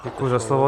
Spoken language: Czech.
Děkuji za slovo.